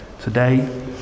today